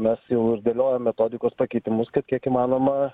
mes jau ir dėliojam metodikos pakeitimus kad kiek įmanoma